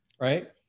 right